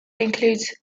includes